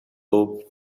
pope